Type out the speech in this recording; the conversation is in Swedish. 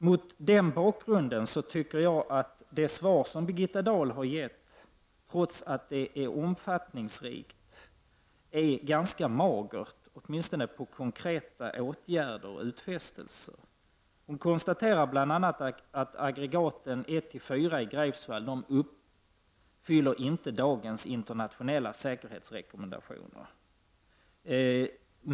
Mot denna bakgrund tycker jag att det svar Birgitta Dahl har gett, trots att det är omfattningsrikt, är ganska magert, åtminstone när det gäller konkreta åtgärder och utfästelser. Hon konstaterar att aggregaten 1—4 i Greifswald inte uppfyller dagens internationella säkerhetsrekommendationer.